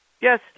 Yes